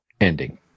ending